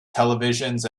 televisions